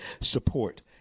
support